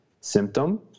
symptom